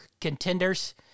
contenders